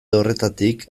horretatik